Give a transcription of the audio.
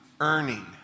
earning